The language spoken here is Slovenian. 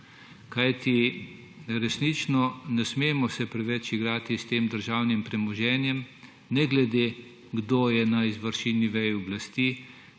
Kajti resnično se ne smemo preveč igrati s tem državnim premoženjem, ne glede na to, kdo je na izvršilni veji oblasti.